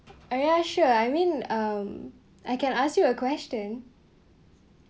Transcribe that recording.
oh ya sure I mean um I can ask you a question alright